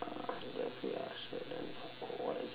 uh jeffrey archer then what is it